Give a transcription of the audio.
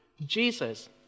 Jesus